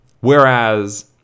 Whereas